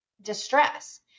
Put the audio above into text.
distress